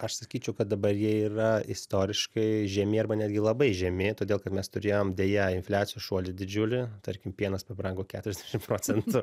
aš sakyčiau kad dabar jie yra istoriškai žemi arba netgi labai žemi todėl kad mes turėjom deja infliacijos šuolį didžiuli tarkim pienas pabrango keturiasdešim procentų